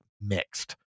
mixed